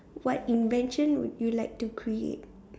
what invention would you like to create